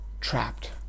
trapped